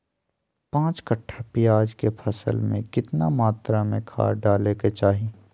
पांच कट्ठा प्याज के फसल में कितना मात्रा में खाद डाले के चाही?